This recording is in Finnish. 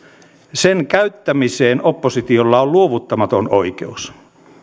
sen käyttämiseen oppositiolla on luovuttamaton oikeus